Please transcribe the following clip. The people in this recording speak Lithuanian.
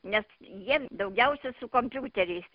nes jie daugiausia su kompiuteriais